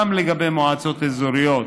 גם לגבי מועצות אזוריות,